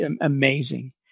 amazing